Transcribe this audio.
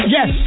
Yes